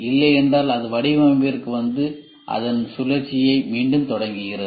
இல்லையென்றால் அது வடிவமைப்பிற்கு வந்து அதன் சுழற்சி மீண்டும் தொடங்குகிறது